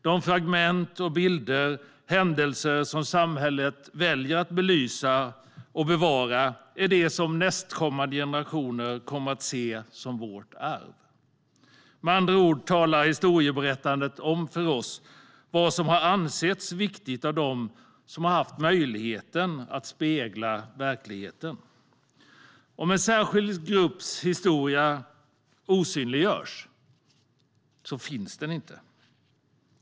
De fragment, bilder och händelser som samhället väljer att belysa och bevara är det som nästkommande generationer kommer att se som vårt arv. Med andra ord talar historieberättandet om för oss vad som har ansetts viktigt av dem som har haft möjligheten att spegla verkligheten. Om en särskild grupps historia osynliggörs finns den inte.